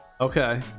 Okay